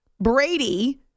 Brady